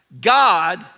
god